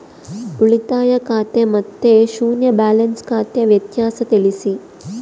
ಉಳಿತಾಯ ಖಾತೆ ಮತ್ತೆ ಶೂನ್ಯ ಬ್ಯಾಲೆನ್ಸ್ ಖಾತೆ ವ್ಯತ್ಯಾಸ ತಿಳಿಸಿ?